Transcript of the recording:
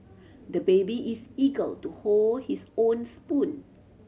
the baby is eagle to hold his own spoon